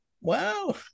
Wow